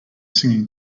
singing